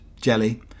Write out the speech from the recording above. jelly